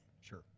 Sure